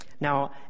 Now